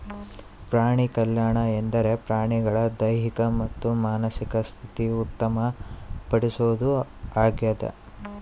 ಪ್ರಾಣಿಕಲ್ಯಾಣ ಎಂದರೆ ಪ್ರಾಣಿಗಳ ದೈಹಿಕ ಮತ್ತು ಮಾನಸಿಕ ಸ್ಥಿತಿ ಉತ್ತಮ ಪಡಿಸೋದು ಆಗ್ಯದ